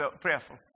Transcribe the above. prayerful